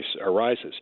arises